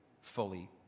fully